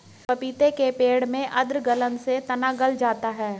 पपीते के पेड़ में आद्र गलन से तना गल जाता है